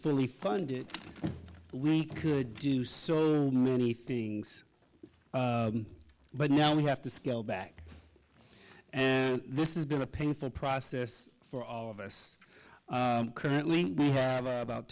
fully funded we could do so many things but now we have to scale back and this has been a painful process for all of us currently we have about